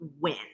win